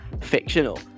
fictional